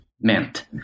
meant